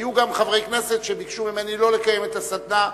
היו גם חברי כנסת שביקשו ממני שלא לקיים את הסדנה,